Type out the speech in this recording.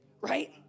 Right